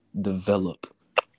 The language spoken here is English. develop